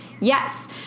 Yes